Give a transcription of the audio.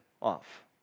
off